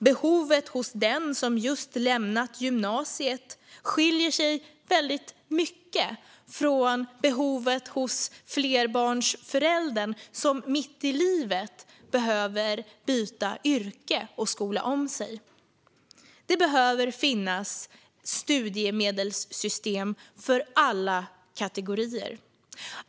Behovet hos den som just lämnat gymnasiet skiljer sig väldigt mycket från behovet hos flerbarnsföräldern som mitt i livet behöver byta yrke och skola om sig. Det behöver finnas studiemedelssystem för alla kategorier.